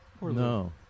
No